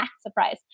surprise